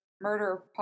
murder